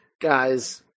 guys